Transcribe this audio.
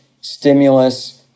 stimulus